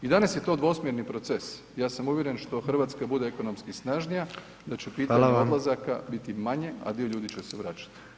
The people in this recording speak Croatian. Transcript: I danas je to dvosmjerni proces, ja sam uvjeren, što Hrvatska bude ekonomski snažnija, da će pitanje odlazaka biti manje a dio ljudi će se vraćati.